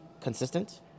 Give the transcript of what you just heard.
consistent